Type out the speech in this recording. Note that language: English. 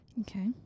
Okay